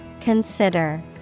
Consider